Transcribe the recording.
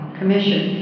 commission